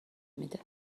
میده